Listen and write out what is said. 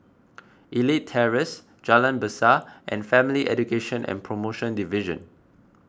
Elite Terrace Jalan Besar and Family Education and Promotion Division